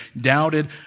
doubted